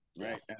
right